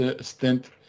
stint